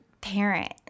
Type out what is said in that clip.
parent